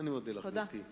אני מודה לך, גברתי.